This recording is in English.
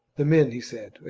the men, he said,